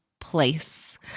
place